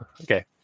Okay